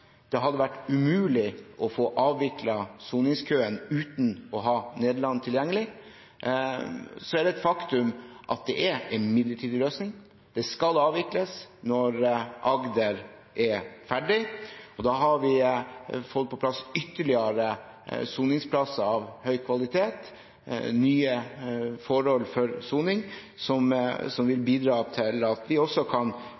Det hadde vært umulig å få avviklet soningskøen uten å ha Nederland tilgjengelig. Så er det et faktum at det er en midlertidig løsning. Dette skal avvikles når Agder fengsel er ferdig. Da har vi fått på plass ytterligere soningsplasser av høy kvalitet, nye forhold for soning, som vil bidra til at vi også kan